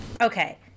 Okay